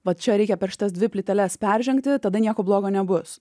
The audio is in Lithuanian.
va čia reikia per šitas dvi plyteles peržengti tada nieko blogo nebus